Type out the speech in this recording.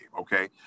okay